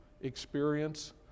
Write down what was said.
experience